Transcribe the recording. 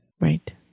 right